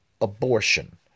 abortion